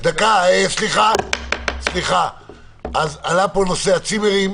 אז עלה פה נושא הצימרים,